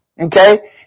Okay